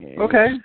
Okay